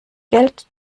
geld